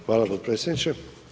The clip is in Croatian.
Hvala potpredsjedniče.